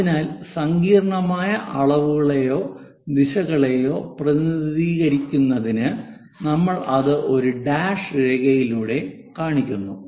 അതിനാൽ സങ്കീർണ്ണമായ അളവുകളെയോ ദിശകളെയോ പ്രതിനിധീകരിക്കുന്നതിന് നമ്മൾ അത് ഒരു ഡാഷ് രേഖയിലൂടെ കാണിക്കുന്നു